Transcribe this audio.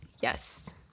Yes